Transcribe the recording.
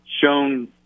shown